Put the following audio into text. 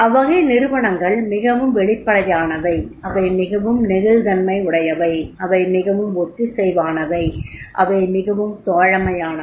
அவ்வகை நிறுவனங்கள் மிகவும் வெளிப்படையானவை அவை மிகவும் நெகிழ்தன்மை உடையவை அவை மிகவும் ஒத்திசைவானவை அவை மிகவும் தோழமையானவை